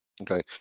okay